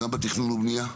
גם בתכנון ובנייה,